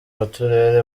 b’uturere